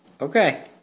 Okay